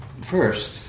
first